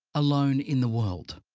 alone in the world.